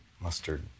mustard